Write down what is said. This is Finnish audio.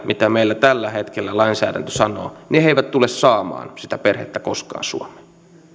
mitä meillä tällä hetkellä lainsäädäntö sanoo he eivät tule saamaan sitä perhettä koskaan